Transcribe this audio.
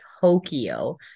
Tokyo